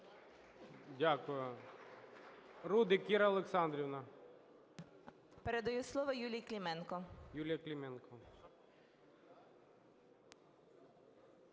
Дякую.